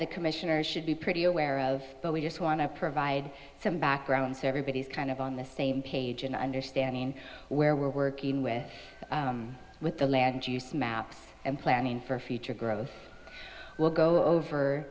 the commissioners should be pretty aware of but we just want to provide some background so everybody's kind of on the same page and understanding where we're working with with the land use maps and planning for future growth will go over